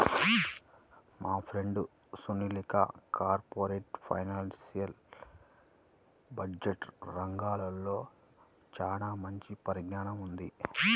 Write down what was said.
మా ఫ్రెండు సునీల్కి corporate finance, budget రంగాల్లో చానా మంచి పరిజ్ఞానం ఉన్నది